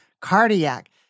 cardiac